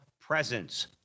Presence